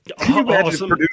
awesome